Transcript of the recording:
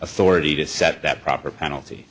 authority to set that proper penalty